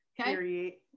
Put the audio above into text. okay